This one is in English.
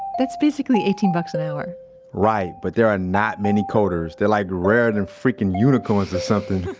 that's basically eighteen bucks an hour right, but there are not many coders. they're like rarer than freakin' unicorns or something.